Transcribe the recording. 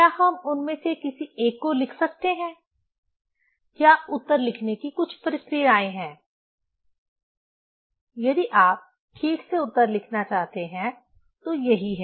क्या हम उनमें से किसी एक को लिख सकते हैं या उत्तर लिखने की कुछ प्रक्रियाएं हैं यदि आप ठीक से उत्तर लिखना चाहते हैं तो यही है